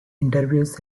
interviews